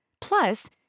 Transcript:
Plus